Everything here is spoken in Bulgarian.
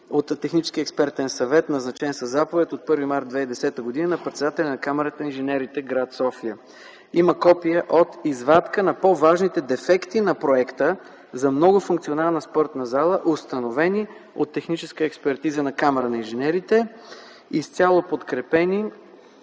от техническия експертен съвет, назначен със заповед от 1 март 2010 г. на председателя на Камара на инженерите – гр. София. Има копия от извадка на по-важните дефекти на проекта за Многофункционална спортна зала, установени от техническа експертиза на Камарата на инженерите, изцяло подкрепени